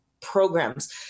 programs